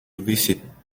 visit